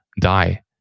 die